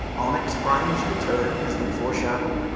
onyx prime's return has been foreshadowed,